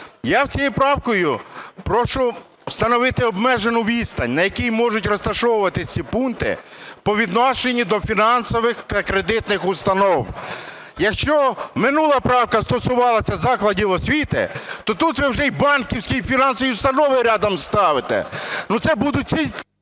Я цією правкою прошу встановити обмежену відстань, на якій можуть розташовуватись ці пункти по відношенню до фінансових та кредитних установ. Якщо минула правка стосувалася закладів освіти, то тут ви уже і банківські, і фінансові установи рядом ставите.